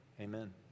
amen